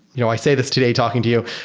you know i say this today talking to you.